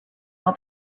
all